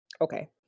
okay